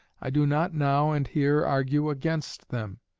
i do not now and here argue against them.